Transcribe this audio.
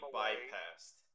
bypassed